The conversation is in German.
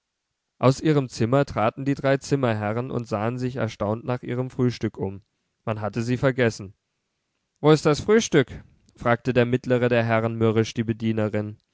aus ihrem zimmer traten die drei zimmerherren und sahen sich erstaunt nach ihrem frühstück um man hatte sie vergessen wo ist das frühstück fragte der mittlere der herren mürrisch die bedienerin